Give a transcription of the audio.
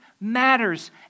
matters